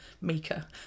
Mika